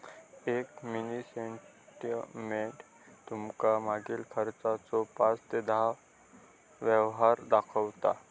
एक mini statement तुमका मागील खर्चाचो पाच ते दहा व्यवहार दाखवता